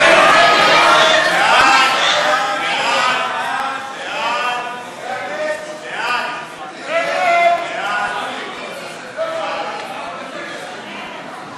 הצעת סיעת המחנה הציוני להביע אי-אמון בממשלה לא נתקבלה.